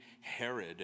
Herod